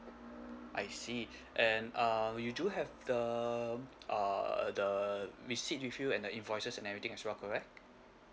I see and um you do have the uh the receipt with you and the invoices and everything as well correct